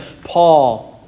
Paul